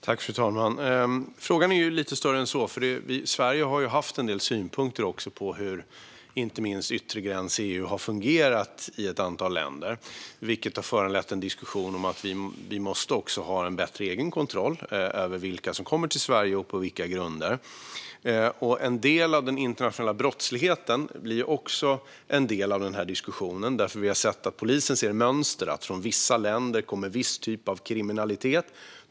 Fru talman! Frågan är lite större än så. Sverige har haft en del synpunkter inte minst på hur EU:s yttre gräns har fungerat i ett antal länder, vilket har föranlett en diskussion om att vi också måste ha en bättre egen kontroll över vilka som kommer till Sverige och på vilka grunder. Den internationella brottsligheten blir också en del av denna diskussion eftersom polisen ser mönster: Från vissa länder kommer en viss typ av kriminalitet.